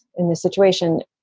in this situation,